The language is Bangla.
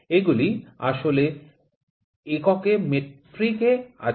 এগুলি আসলে মেট্রিক এককে এ আছে